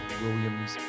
williams